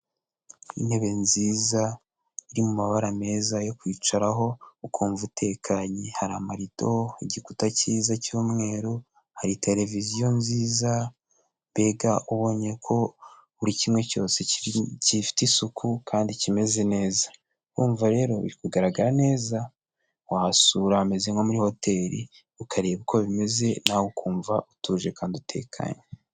Intebe nziza iri mu mabara meza, yo kwicaraho ukumva utekanye, hari amarido, igikuta kiza cy'umweru, hari televiziyo nziza, mbega ubonye ko buri kimwe cyose gifite isuku kandi kimeze neza, urumva rero biri kugaragara neza, wahasura hameze nko muri hoteli, ukareba uko bimeze, na we ukumva utuje kandi utekanye.